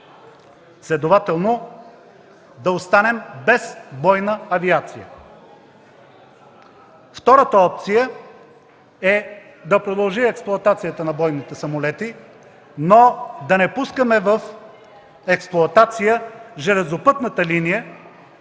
Следователно – да останем без бойна авиация. Втората опция е да продължи експлоатацията на бойните самолети, но да не пускаме в експлоатация железопътната линия,